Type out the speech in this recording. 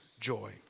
joy